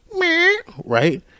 right